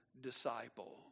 disciple